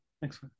Thanks